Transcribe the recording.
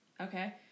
Okay